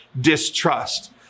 distrust